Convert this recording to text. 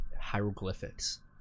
hieroglyphics